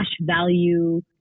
value